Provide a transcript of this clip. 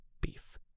beef